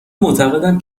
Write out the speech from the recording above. معتقدم